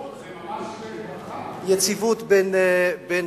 אתה מרגיש יציבות, זו ממש ברכה.